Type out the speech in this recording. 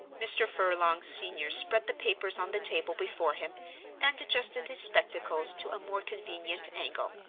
mr. furlong senior spread the papers on the table before him and adjusted his spectacles to a more convenient angle.